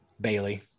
Bailey